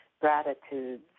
gratitudes